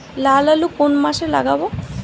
লাল আলু কোন মাসে লাগাব?